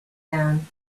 down